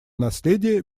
наследия